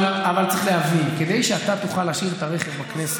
אבל צריך להבין שכדי שאתה תוכל להשאיר את הרכב בכנסת,